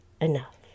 enough